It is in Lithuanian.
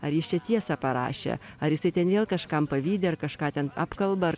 ar jis čia tiesą parašė ar jisai ten vėl kažkam pavydi ar kažką ten apkalba ar